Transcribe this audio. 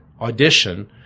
audition